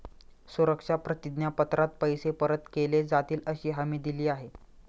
सुरक्षा प्रतिज्ञा पत्रात पैसे परत केले जातीलअशी हमी दिली आहे